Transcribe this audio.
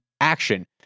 action